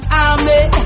army